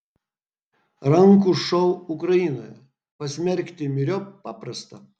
rankų šou ukrainoje pasmerkti myriop paprasta